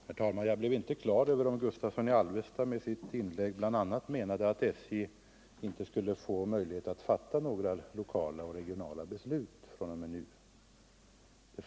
Herr talman! Det framgick inte klart av herr Gustavssons i Alvesta inlägg om han menade att SJ inte skulle få möjlighet att fatta några lokala och regionala beslut fr.o.m. nu.